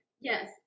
Yes